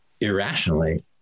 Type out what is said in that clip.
irrationally